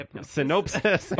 Synopsis